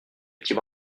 petits